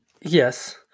yes